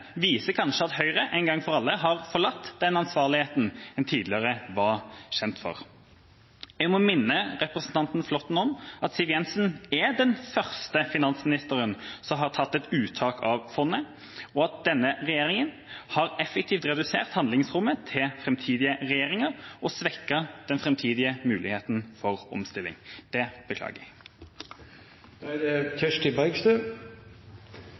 viser kanskje at Høyre en gang for alle har forlatt den ansvarligheten de tidligere var kjent for. Jeg må minne representanten Flåtten om at Siv Jensen er den første finansministeren som har tatt et uttak av fondet, og at denne regjeringa effektivt har redusert handlingsrommet til framtidige regjeringer og svekket den framtidige muligheten for omstilling. Det beklager